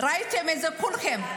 ראיתם את זה כולכם.